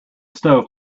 stove